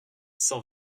cent